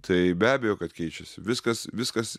tai be abejo kad keičiasi viskas viskas